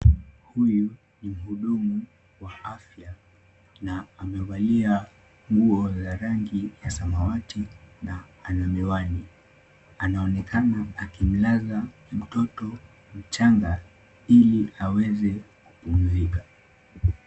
Huyu ni mhudumu wa afya na amevalia nguo la rangi ya samawati na ana miwani. Anaonekana akimlaza mtoto mchanga ili aweze kupumzika.